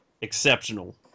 exceptional